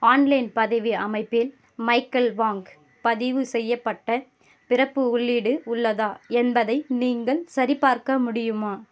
online பதிவு அமைப்பில் மைக்கல் வாங்க் பதிவு செய்யப்பட்ட பிறப்பு உள்ளீடு உள்ளதா என்பதை நீங்கள் சரிபார்க்க முடியுமா